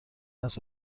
است